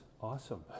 awesome